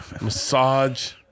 Massage